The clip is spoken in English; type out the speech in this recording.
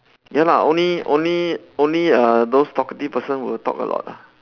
ya lah only only only uh those talkative person will talk a lot ah